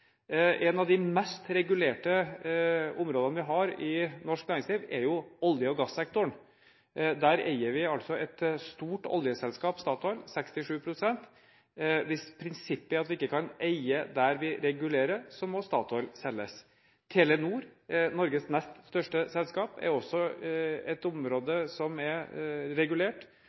En av de mest regulerte områdene vi har i norsk næringsliv, er olje- og gassektoren. Der eier vi et stort oljeselskap, Statoil, med 67 pst. Hvis prinsippet er at vi ikke kan eie der vi regulerer, må Statoil selges. Telenor, Norges nest største selskap, er også innenfor et område som er regulert.